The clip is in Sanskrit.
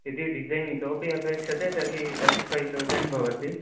यदि डिसैन् इतोऽपि अपेक्ष्यते तर्हि तर्टिफ़ै तौसण्ड् भवति